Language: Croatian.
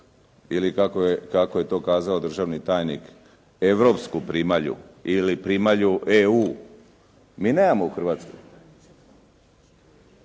ili kako je to kazao državni tajnik, europsku primalju ili primalju EU, mi nemamo u Hrvatskoj.